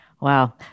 Wow